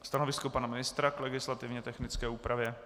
Stanovisko pana ministra k legislativně technické úpravě?